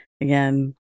again